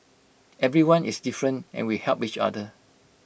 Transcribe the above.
everyone is different and we help each other